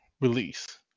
release